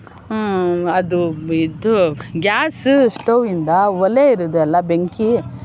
ಅದು ಇದು ಗ್ಯಾಸ್ ಸ್ಟವ್ವಿಂದ ಒಲೆ ಇದೆ ಅಲ್ಲ ಬೆಂಕಿ